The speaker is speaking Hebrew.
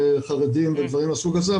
חרדיים ודברים מהסוג הזה,